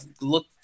look